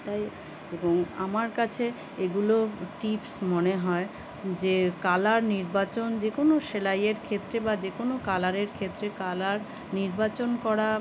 তাই এবং আমার কাছে এগুলো টিপস মনে হয় যে কালার নির্বাচন যে কোনো সেলাইয়ের ক্ষেত্রে বা যে কোনো কালারের ক্ষেত্রে কালার নির্বাচন করা